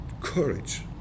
courage